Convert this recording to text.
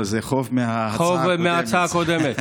חוב מההצעה הקודמת.